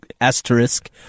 asterisk